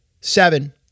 Seven